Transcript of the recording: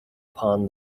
upon